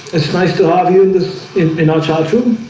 it's nice to have you and this in in our childhood.